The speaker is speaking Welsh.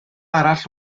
arall